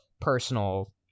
personal